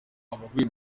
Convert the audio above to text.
abavuye